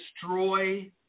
destroy